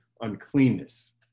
uncleanness